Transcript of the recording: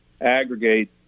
aggregate